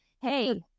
Hey